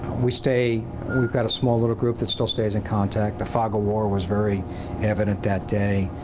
we stay we've got a small little group that still stays in contact. the fog of war was very evident that day.